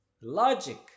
Logic